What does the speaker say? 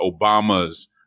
Obama's